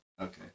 Okay